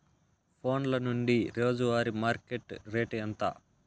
ఫోన్ల నుండి రోజు వారి మార్కెట్ రేటు ఎంత?